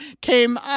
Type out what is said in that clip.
came